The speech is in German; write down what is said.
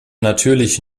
natürlich